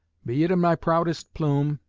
be it my proudest plume,